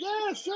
Yes